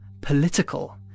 political